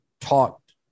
talked